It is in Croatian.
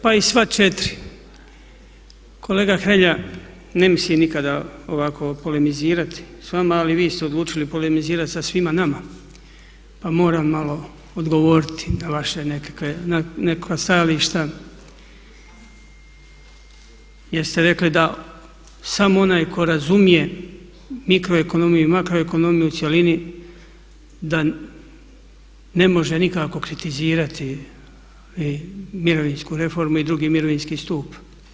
Pa i sva 4, kolega Hrelja ne mislim nikada ovako polemizirati s vama ali vi ste odlučili polemizirati sa svima nama, pa moram malo odgovoriti na vaše nekakve, neka stajališta jer ste rekli da samo onaj koji razumije mikroekonomiju i makroekonomiju u cjelini da ne može nikako kritizirati mirovinsku reformu i drugi mirovinski stup.